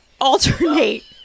Alternate